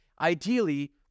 Ideally